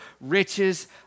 riches